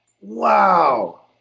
wow